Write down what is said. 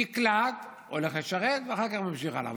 נקלט, הולך לשרת, ואחר כך ממשיך הלאה.